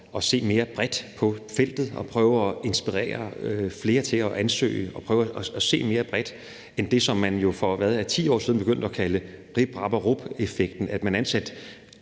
at se mere bredt på feltet og prøve at inspirere flere til at ansøge og prøve at se mere bredt, end man jo gjorde for, er det 10 år siden, hvor man begyndte at kalde det rip, rap og rup-effekten, altså at man ansatte